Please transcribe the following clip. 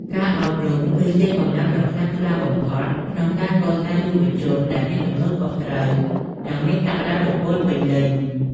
ការអប់រំ គឺជាកម្លាំងដ៏ខ្លាំងក្លាបំផុតក្នុងការកសាងយុវជនដែលមានទំនួលខុសត្រូវ និងមានសក្តានុពលពេញលេញ។